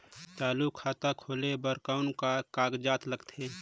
चालू खाता खोले बर कौन का कागजात लगथे?